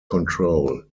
control